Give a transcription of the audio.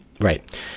Right